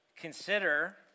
Consider